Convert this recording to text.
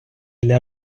для